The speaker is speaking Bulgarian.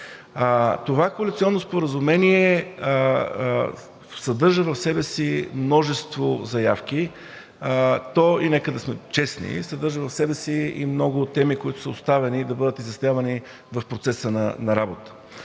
Това коалиционно споразумение съдържа в себе си множество заявки. То, и нека да сме честни, съдържа в себе си и много теми, които са оставени да бъдат изяснявани в процеса на работа.